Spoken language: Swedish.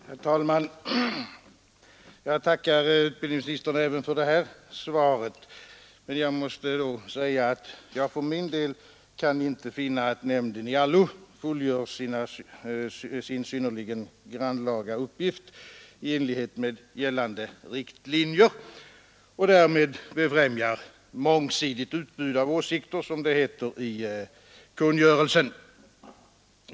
Herr talman! Jag tackar herr utbildningsministern även för det här svaret, men jag måste säga att jag för min del inte kan finna att nämnden i allo fullgör sin synnerligen grannlaga uppgift i enlighet med gällande riktlinjer och därmed befrämjar mångsidigt utbud av åsikter, som det heter i kungörelsen.